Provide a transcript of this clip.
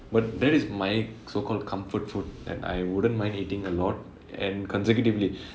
but that is my so-called comfort food that I wouldn't mind eating a lot and consecutively